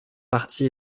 parti